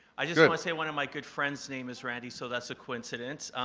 i just want to say one of my good friends name is randy so that's a coincidence.